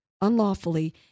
unlawfully